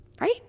Right